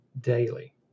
daily